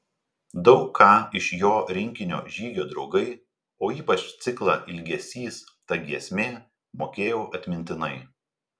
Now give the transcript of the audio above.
daug ką iš jo rinkinio žygio draugai o ypač ciklą ilgesys ta giesmė mokėjau atmintinai